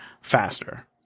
faster